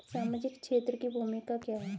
सामाजिक क्षेत्र की भूमिका क्या है?